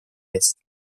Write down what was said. eest